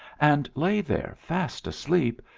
and lay there fast asleep,